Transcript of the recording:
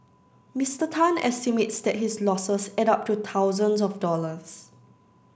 Mister Tan estimates that his losses add up to thousands of dollars